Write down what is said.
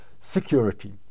Security